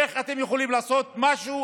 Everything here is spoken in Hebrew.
איך אתם יכולים לעשות משהו?